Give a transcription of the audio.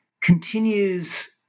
continues